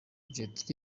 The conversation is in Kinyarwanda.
jet